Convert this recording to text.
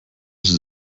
sie